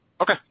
Okay